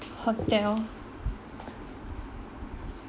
hotel